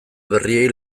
berriei